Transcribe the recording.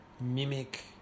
mimic